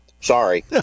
Sorry